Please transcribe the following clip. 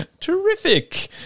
Terrific